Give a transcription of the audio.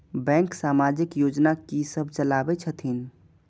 Bank समाजिक योजना की सब चलावै छथिन?